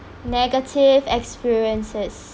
negative experiences